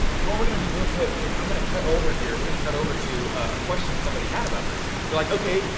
what we're gonna do real quick is i'm gonna cut over here, we're gonna cut over to a question somebody had about this, they're like okay,